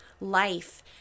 life